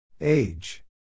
Age